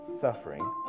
suffering